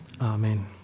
Amen